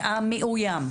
אותו מהמאוים.